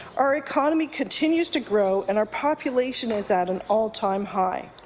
our economy continues to grow and our population is at an all-time high.